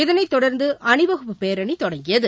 இதனைத்தொடர்ந்து அணிவகுப்பு பேரணி தொடங்கியது